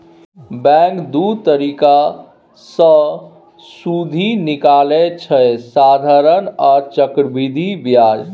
bank दु तरीका सँ सुदि निकालय छै साधारण आ चक्रबृद्धि ब्याज